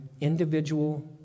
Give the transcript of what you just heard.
individual